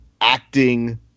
acting